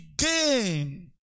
again